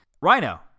Rhino